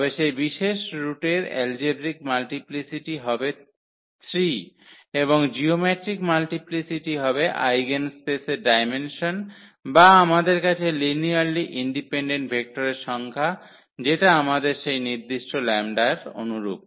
তবে সেই বিশেষ রুটের এলজেব্রিক মাল্টিপ্লিসিটি হবে 3 এবং জিওমেট্রিক মাল্টিপ্লিসিটি হবে আইগেনস্পেসের ডায়মেনসন বা আমাদের কাছে লিনিয়ারলি ইন্ডিপেন্ডেন্ট ভেক্টরের সংখ্যা যেটা আমাদের সেই নির্দিষ্ট λ এর অনুরূপ